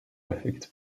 affecte